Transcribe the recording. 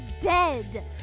dead